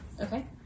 Okay